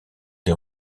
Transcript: des